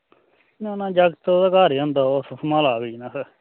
ना ना जागत ओह्दा घर ही होंदा ओह् सम्हाला दा बिज़नेस